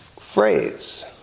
phrase